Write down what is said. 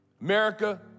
America